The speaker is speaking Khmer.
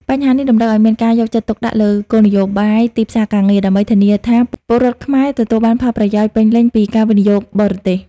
បញ្ហានេះតម្រូវឲ្យមានការយកចិត្តទុកដាក់លើគោលនយោបាយទីផ្សារការងារ ដើម្បីធានាថាពលរដ្ឋខ្មែរទទួលបានផលប្រយោជន៍ពេញលេញពីការវិនិយោគបរទេស។